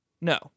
No